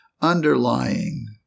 underlying